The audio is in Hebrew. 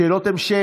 אני בשאלה נוספת.